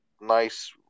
nice